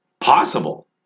possible